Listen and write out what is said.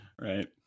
Right